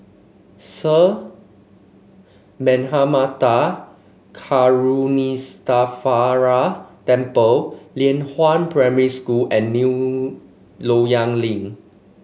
Sir Karuneshvarar Temple Lianhua Primary School and New Loyang Link